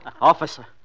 Officer